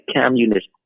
communist